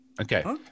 okay